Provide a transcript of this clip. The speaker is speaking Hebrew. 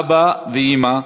אבא ואימא?